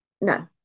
No